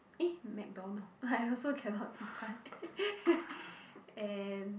eh McDonalds I also cannot decide and